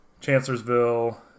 chancellorsville